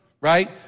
Right